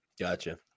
Gotcha